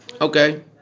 Okay